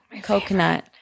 Coconut